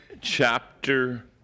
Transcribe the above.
chapter